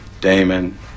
Damon